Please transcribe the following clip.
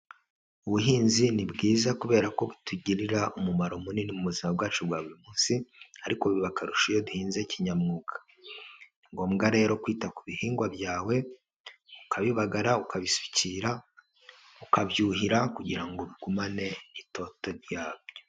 Ubuhinzi ni bwiza kubera ko butugirira umumaro munini mu buzima bwacu bwa buri munsi, ariko biba akarusha iyo duhinze kinyamwuga, ni ngombwa rero kwita ku bihingwa byawe, ukabibaga, ukabisukira, ukabyuhira kugira ngo bigumane itoto ryabyo.